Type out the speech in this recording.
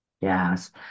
Yes